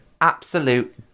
absolute